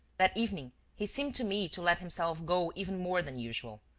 that evening, he seemed to me to let himself go even more than usual.